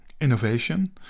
innovation